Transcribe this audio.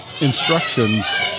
instructions